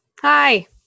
hi